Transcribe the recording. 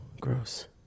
Gross